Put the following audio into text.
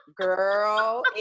girl